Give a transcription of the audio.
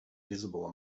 visible